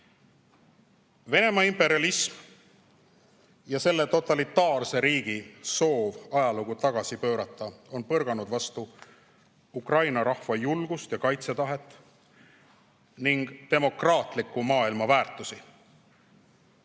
Venemaa imperialism ja selle totalitaarse riigi soov ajalugu tagasi pöörata on põrganud vastu Ukraina rahva julgust ja kaitsetahet ning demokraatliku maailma väärtusi.